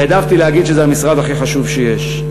והעדפתי להגיד שזה המשרד הכי חשוב שיש.